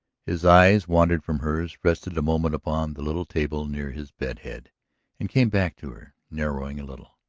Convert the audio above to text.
his eyes wandered from hers, rested a moment upon the little table near his bedhead and came back to her, narrowing a little.